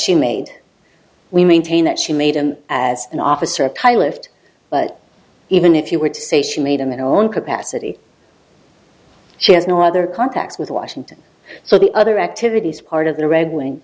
she made we maintain that she made him as an officer kai lived but even if you were to say she made him in own capacity she has no other contacts with washington so the other activities part of the red wing